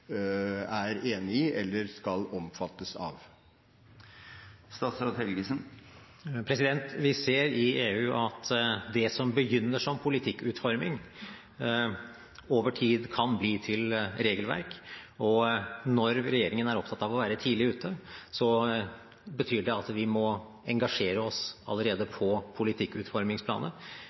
er enig i eller skal omfattes av. Vi ser i EU at det som begynner som politikkutforming, over tid kan bli til regelverk, og når regjeringen er opptatt av å være tidlig ute, betyr det at vi må engasjere oss allerede på